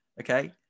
Okay